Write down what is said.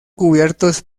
cubiertos